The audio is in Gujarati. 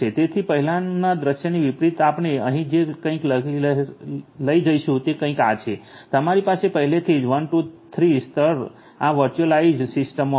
તેથી પહેલાનાં દૃશ્યથી વિપરીત આપણે અહીં જે કંઇક લઈ જઈશું તે કંઈક આ છે તમારી પાસે પહેલાથી 1 2 3 સ્તર આ વર્ચ્યુઅલાઇઝ્ડ સિસ્ટમમાં હશે